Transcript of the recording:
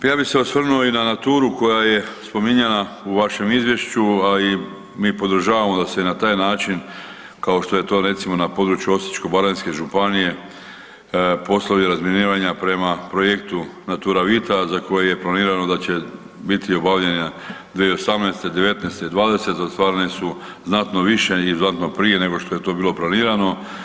Ja bih se osvrnuo i na „Naturu“ koja je spominjanja u vešem izvješću, a i mi podržavamo da se na taj način kao što je to recimo na području Osječko-baranjske županije poslovi razminiranja prema projektu „Naturavita“ za koje je planirano da će biti obavljeno 2018., '19.i '20.ostvarene su znatno više i znatno prije nego što je to bilo planirano.